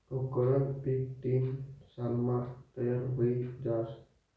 टोक्करनं पीक तीन सालमा तयार व्हयी जास